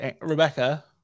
rebecca